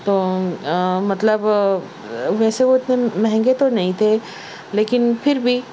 تو مطلب ویسے وہ اتنے مہنگے تو نہیں تھے لیکن پھر بھی